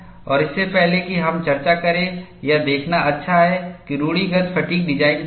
और इससे पहले कि हम चर्चा करें यह देखना अच्छा है कि रूढ़िगत फ़ैटिग् डिजाइन क्या है